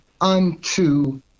unto